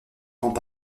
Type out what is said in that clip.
grands